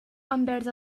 envers